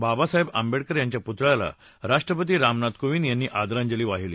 बाबासाहेब आंबेडकर यांच्या पुतळ्याला राष्ट्रपती रामनाथ कोविंद यांनी आदरांजली वाहिली